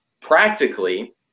practically